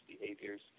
behaviors